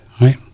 right